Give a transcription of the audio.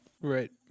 right